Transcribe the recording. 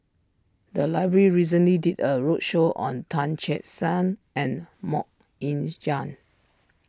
the library recently did a roadshow on Tan Che Sang and Mok Ying Jang